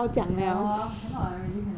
ya lor cannot I really cannot